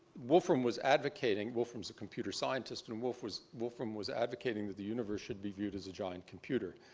wolfram was advocating wolfram's a computer scientist and wolfram was wolfram was advocating that the universe should be viewed as a giant computer.